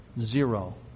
Zero